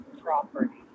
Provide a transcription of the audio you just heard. property